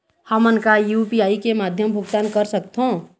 हमन का यू.पी.आई के माध्यम भुगतान कर सकथों?